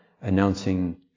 announcing